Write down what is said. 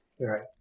Right